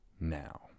now